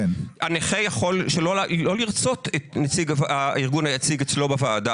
הנכה יכול שלא לרצות את נציג הארגון היחיד אצלו בוועדה.